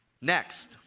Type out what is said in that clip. Next